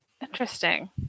interesting